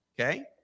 okay